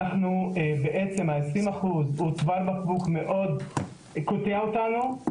בעצם ה-20% הוא צוואר בקבוק שמאוד תוקע אותנו,